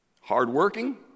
hardworking